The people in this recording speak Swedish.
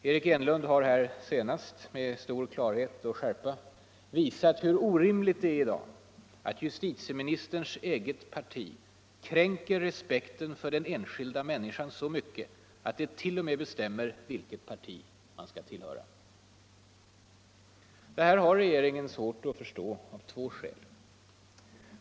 Eric Enlund har här med stor klarhet och skärpa visat hur orimligt det är i dag när justitieministerns eget parti kränker respekten — Om kollektivanför den enskilda människan så mycket att det t.o.m. bestämmmer vilket — slutning till politiska parti man skall tillhöra. partier Det här har regeringen svårt att förstå, av två skäl.